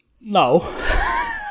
No